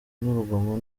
n’urugomo